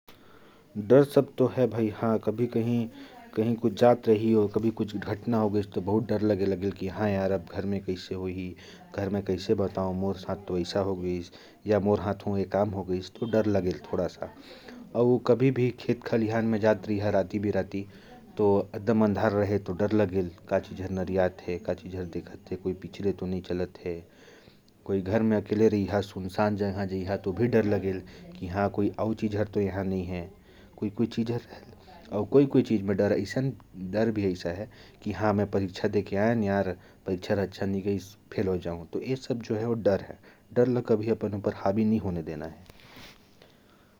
कभी कुछ घटना हो जाए तो डर लगता है। रात में खेत-खलिहान में जाते समय भी डर लगता है कि कोई चीज़ हरियाती हुई है या कोई पशु आकर डर न दे। और अगर परीक्षा अच्छी नहीं गई, तब भी डर लगता है कि फेल न हो जाऊँ। डर को अपने ऊपर कभी हावी नहीं होने देना चाहिए।